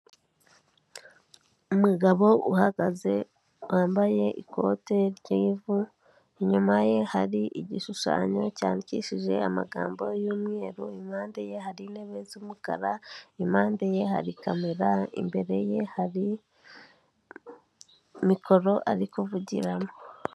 Umugabo uhagaze, wambaye ikote ry'ivu, inyuma ye hari igishushanyo cyandikishije amagambo y'umweru, impande ye hari intebe z'umukara, impande ye hari kamera, imbere ye hari mikoro ari kuvugiramo.